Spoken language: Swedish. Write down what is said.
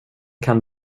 kan